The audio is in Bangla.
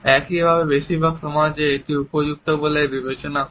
একইভাবে বেশিরভাগ সমাজে এটি উপযুক্ত বলে বিবেচিত হয়